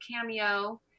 cameo